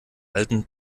alten